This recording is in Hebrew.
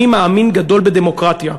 אני מאמין גדול בדמוקרטיה,